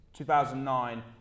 2009